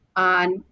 on